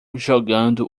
jogando